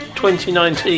2019